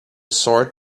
sword